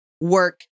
work